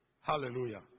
Hallelujah